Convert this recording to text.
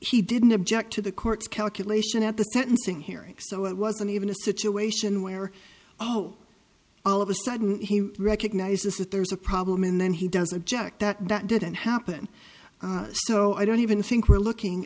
she didn't object to the court's calculation at the sentencing hearing so it wasn't even a situation where oh all of a sudden he recognizes that there's a problem and then he doesn't object that that didn't happen so i don't even think we're looking